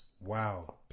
Wow